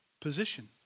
position